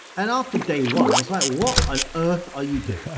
and after day one i was like, what on earth are you doing?